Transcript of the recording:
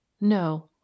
no